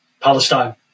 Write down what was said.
Palestine